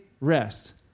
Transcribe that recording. rest